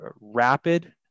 rapid